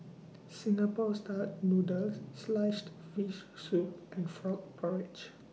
Singapore Style Noodles Sliced Fish Soup and Frog Porridge